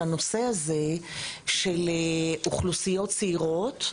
על הנושא הזה של אוכלוסיות צעירות.